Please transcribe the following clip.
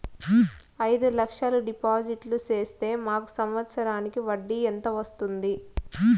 అయిదు లక్షలు డిపాజిట్లు సేస్తే మాకు సంవత్సరానికి వడ్డీ ఎంత వస్తుంది?